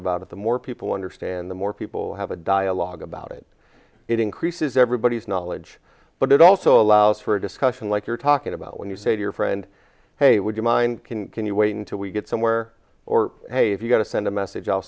about it the more people understand the more people have a dialogue about it it increases everybody's knowledge but it also allows for a discussion like you're talking about when you say your friend hey would you mind can can you wait until we get somewhere or hey if you got to send a message i'll